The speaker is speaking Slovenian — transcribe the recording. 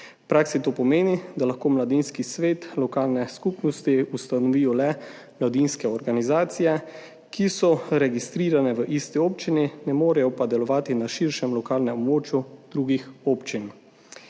praksi to pomeni, da lahko mladinski svet lokalne skupnosti ustanovijo le mladinske organizacije, ki so registrirane v isti občini, ne morejo pa delovati na širšem lokalnem območju drugih občin.